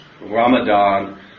Ramadan